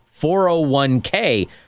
401k